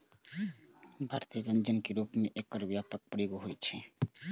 भारतीय व्यंजन के रूप मे एकर व्यापक प्रयोग होइ छै